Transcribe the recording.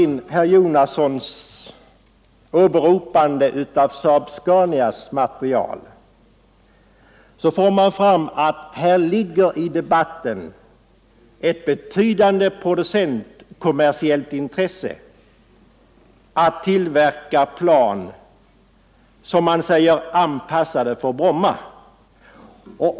De som gjort detta vet också att det existerar ett betydande producentkommersiellt intresse av att tillverka plan som är, som man säger, anpassade för Brommatrafiken. Herr Jonasson har åberopat Saab-SCANIAS material.